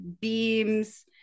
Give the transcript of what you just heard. beams